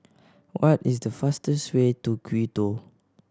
what is the fastest way to Quito